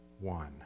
one